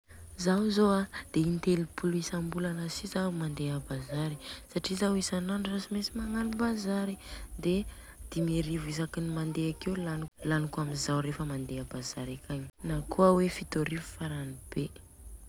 zaho zô an de intelopolo isambolana si zaho mandeha a bazary satria zao an isanandro zao tsy megnano bazary. Dia dimy arivo isaky mandeha akeo laniko laniko amizao rehefa mandeha a bazary akagny, nakôa hoe fito arivo farany bé.